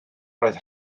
roedd